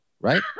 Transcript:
right